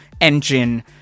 engine